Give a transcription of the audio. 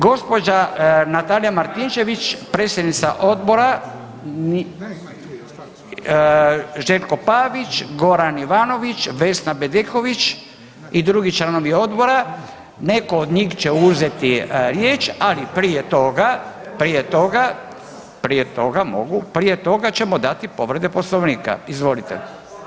Gđa. Natalija Martinčević, predsjednica Odbora, Željko Pavić, Goran Ivanović, Vesna Bedeković i drugi članovi odbora, netko od njih će uzeti riječ, ali prije toga, prije toga, prije toga, mogu, prije toga ćemo dati povrede Poslovnika, izvolite.